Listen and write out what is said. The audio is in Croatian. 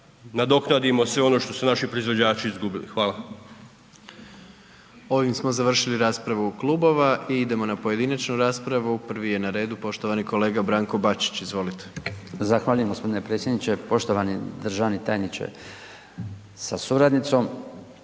nadoknadimo sve ono što su naši proizvođači izgubili. Hvala. **Jandroković, Gordan (HDZ)** Ovime smo završili raspravu klubova. I idemo na pojedinačnu raspravu. Prvi je na redu poštovani kolega Branko Bačić. Izvolite. **Bačić, Branko (HDZ)** Zahvaljujem gospodine predsjedniče, poštovani državni tajniče sa suradnicom.